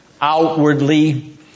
outwardly